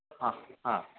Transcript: हा हा